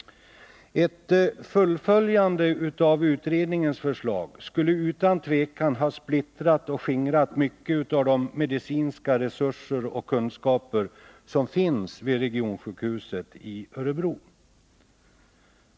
Ett fullföljande av utredningens förslag skulle utan tvivel ha splittrat och skingrat mycket av de medicinska resurser och kunskaper som finns vid regionsjukhuset i Örebro.